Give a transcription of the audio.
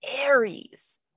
Aries